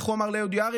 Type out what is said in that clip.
איך הוא אמר לאהוד יערי?